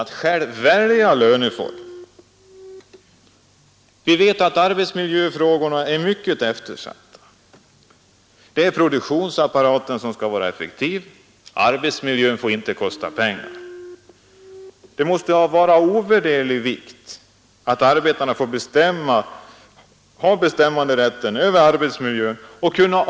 Utvecklingsrådet kom till i och med 1966 års företagsnämndsavtal, och det innebär ett klassamarbete som sker på en kvalitativt ny grund.